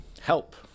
help